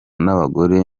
n’abagore